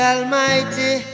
Almighty